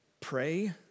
Pray